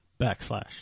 backslash